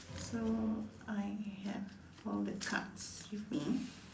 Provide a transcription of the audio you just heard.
so I have all the cards with me